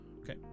Okay